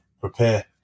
prepare